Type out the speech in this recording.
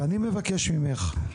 ואני מבקש ממך,